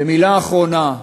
ומילה אחרונה.